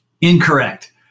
Incorrect